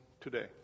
today